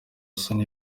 soni